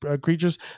creatures